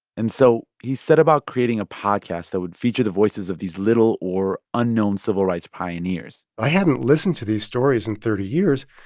and so he set about creating a podcast that would feature the voices of these little or unknown civil rights pioneers i hadn't listened to these stories in thirty years.